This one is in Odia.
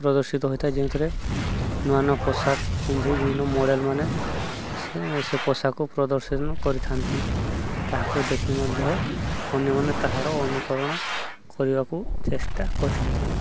ପ୍ରଦର୍ଶିତ ହୋଇଥାଏ ଯେଉଁଥିରେ ନୂଆ ନୂଆ ପୋଷାକ ପିନ୍ଧି ବିଭିନ୍ନ ମଡ଼େଲ୍ ମାନେ ସେ ସେ ପୋଷାକକୁ ପ୍ରଦର୍ଶନ କରିଥାନ୍ତି ତାହାକୁ ଦେଖି ମଧ୍ୟ ଅନ୍ୟମାନେ ତାହାର ଅନୁକରଣ କରିବାକୁ ଚେଷ୍ଟା କରିଛନ୍ତି